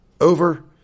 over